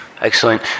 Excellent